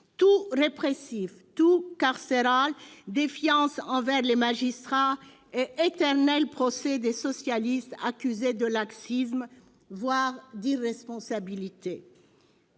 tout-répressif, tout-carcéral, défiance envers les magistrats et éternel procès des socialistes accusés de laxisme, voire d'irresponsabilité.